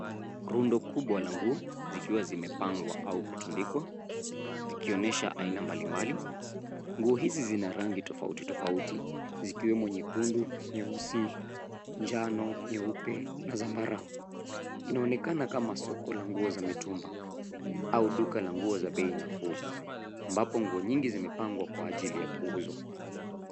Rundo kubwa la nguo zikiwa zimepangwa au kutundikwa zikionesha aina mbalimbali. Nguo hizi zina rangi tofauti tofauti zikiwemo nyekundu, nyeusi, njano, nyeupe na zambarau inaonekana kama soko la nguo za mitumba au duka la nguo za bei nafuu ambapo nguo nyingi zimepangwa kwa ajili ya kuuzwa.